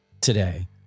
today